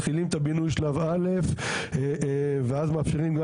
מתחילים את הבינוי שלב א' ואז מאפשרים גם